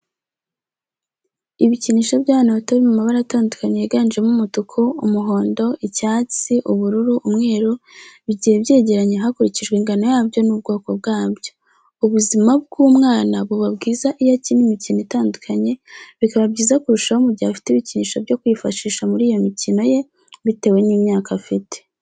Ibikinisho by'abana bato biri mu mabara atandukanye yiganjemo umutuku, umuhondo, icyatsi ,ubururu ,umweru, bigiye byegeranye hakurikijwe ingano yabyo n'ubwoko bwabyo ubuzima bw'umwana buba bwiza iyo akina imikino itandukanye, bikaba byiza kurushaho mu gihe afite ibikinisho byo kwifashisha muri iyo mikino ye bitewe n'imyaka afite.